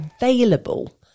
available